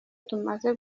tumaze